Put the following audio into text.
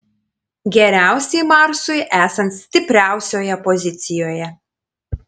geriausiai marsui esant stipriausioje pozicijoje